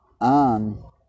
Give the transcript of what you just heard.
on